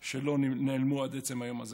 שלא נעלמו עד עצם היום הזה.